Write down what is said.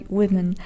women